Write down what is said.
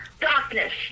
darkness